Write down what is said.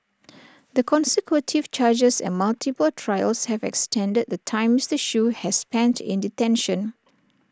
the consecutive charges and multiple trials have extended the time Mister Shoo has spent in detention